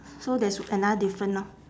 so there's another different lor